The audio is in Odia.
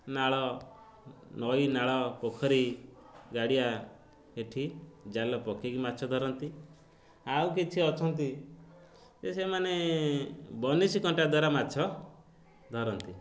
ନାଳ ନଈ ନାଳ ପୋଖରୀ ଗାଡ଼ିଆ ଏଠି ଜାଲ ପକାଇକି ମାଛ ଧରନ୍ତି ଆଉ କିଛି ଅଛନ୍ତି ଯେ ସେମାନେ ବନିସୀ କଣ୍ଟା ଦ୍ୱାରା ମାଛ ଧରନ୍ତି